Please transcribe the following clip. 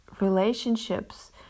relationships